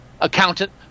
accountant